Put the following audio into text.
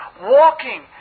walking